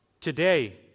Today